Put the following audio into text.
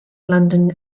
london